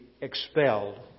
expelled